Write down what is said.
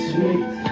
Sweet